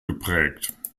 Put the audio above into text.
geprägt